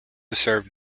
served